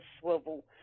swivel